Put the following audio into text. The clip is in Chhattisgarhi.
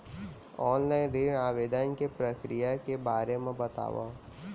ऑनलाइन ऋण आवेदन के प्रक्रिया के बारे म बतावव?